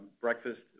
breakfast